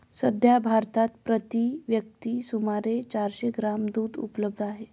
सध्या भारतात प्रति व्यक्ती सुमारे चारशे ग्रॅम दूध उपलब्ध आहे